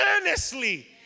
earnestly